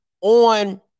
on